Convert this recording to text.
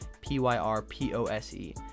P-Y-R-P-O-S-E